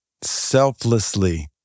selflessly